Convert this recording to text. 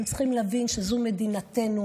הם צריכים להבין שזו מדינתנו,